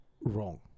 wrong